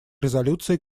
резолюции